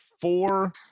four